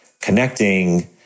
connecting